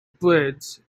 bridge